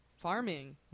Farming